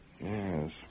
Yes